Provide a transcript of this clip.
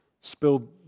spilled